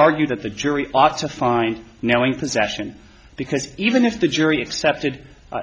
rgued that the jury ought to find now in possession because even if the jury accepted